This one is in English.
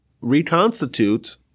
reconstitute